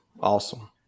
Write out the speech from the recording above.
Awesome